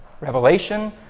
Revelation